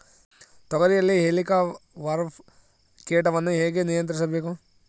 ತೋಗರಿಯಲ್ಲಿ ಹೇಲಿಕವರ್ಪ ಕೇಟವನ್ನು ಹೇಗೆ ನಿಯಂತ್ರಿಸಬೇಕು?